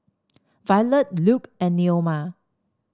Violette Luke and Neoma